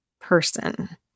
person